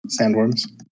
Sandworms